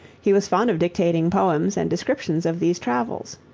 he was fond of dictating poems and descriptions of these travels.